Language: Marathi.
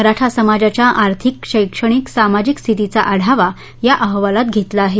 मराठा समाजाच्या आर्थिक शैक्षणिक समाजिक स्थितीचा आढावा या अहवालात घेतला आहे